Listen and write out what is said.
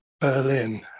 Berlin